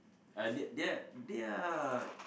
uh they they are they are